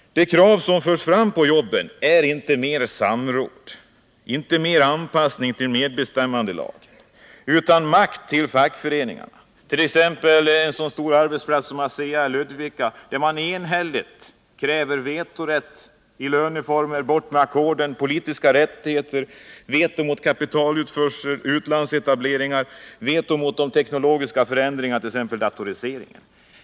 De krav som förs fram på jobben gäller inte mer samråd och mer anpassning till medbestämmandelagen, utan makt till fackföreningen. På en så stor arbetsplats som ASEA i Ludvika kräver amn enhälligt vetorätt beträffande lönereformen, bort med ackorden, politiska rättigheter, veto mot kapitalutförsel och utlandsetableringar samt veto mot de teknologiska ill förändringarna, t.ex. datoriseringen.